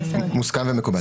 מוסכם ומקובל.